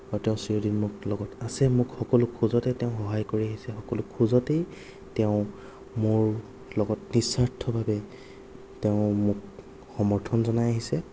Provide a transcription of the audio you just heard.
আৰু তেওঁ চিৰদিন মোৰ লগত অছে মোক সকলো খোজতে তেওঁ সহায় কৰি আহিছে সকলো খোজতেই তেওঁ মোৰ লগত নিঃস্বাৰ্থভাৱে তেওঁ মোক সমৰ্থন জনাই আহিছে